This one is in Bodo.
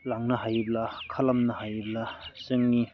लांनो हायोब्ला खालामनो हायोब्ला जोंनि